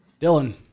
Dylan